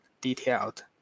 detailed